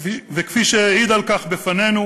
כפי שהעיד בפנינו